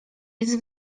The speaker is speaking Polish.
jest